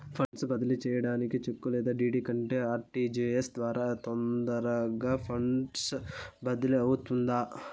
funds బదిలీ సేయడానికి cheque లేదా డీ.డీ కంటే ఆర్.టి.జి.ఎస్ ద్వారా అయితే తొందరగా ఫండ్స్ బదిలీ అవుతుందా